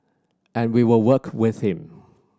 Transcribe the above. and we will work with him